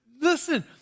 Listen